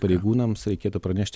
pareigūnams reikėtų pranešti